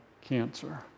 cancer